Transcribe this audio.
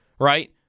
Right